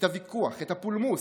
את הוויכוח, את הפולמוס,